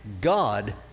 God